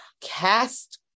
cast